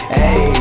hey